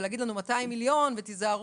ולהגיד לנו 200 מיליון ותיזהרו,